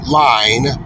line